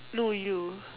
no you